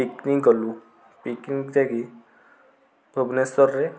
picnic ଗଲୁ picnic ଯାଇକି ଭୁବନେଶ୍ୱରରେ